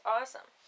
Awesome